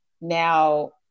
Now